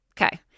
Okay